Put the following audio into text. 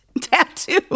tattoo